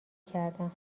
کردن